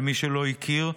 למי שלא הכיר,